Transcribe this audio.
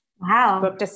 wow